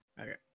Okay